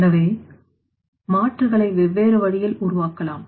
எனது மாற்றுகளை வெவ்வேறு வழியில் உருவாக்கலாம்